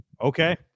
Okay